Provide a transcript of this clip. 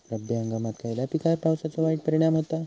रब्बी हंगामात खयल्या पिकार पावसाचो वाईट परिणाम होता?